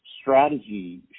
strategy